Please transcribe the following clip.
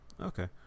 Okay